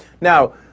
Now